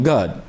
God